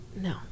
No